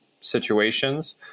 situations